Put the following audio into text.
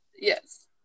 Yes